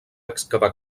excavar